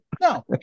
No